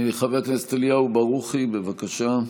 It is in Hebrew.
חבר הכנסת אליהו ברוכי, בבקשה.